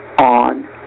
on